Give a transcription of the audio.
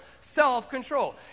Self-control